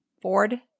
Ford